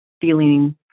feeling